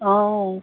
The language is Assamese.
অঁ